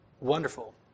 wonderful